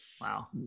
Wow